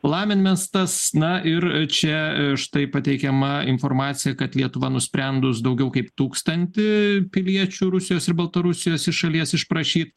laminmestas na ir čia štai pateikiama informaciją kad lietuva nusprendus daugiau kaip tūkstantį piliečių rusijos ir baltarusijos iš šalies išprašyt